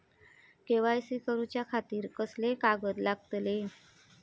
KYC करूच्या खातिर कसले कागद लागतले?